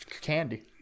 candy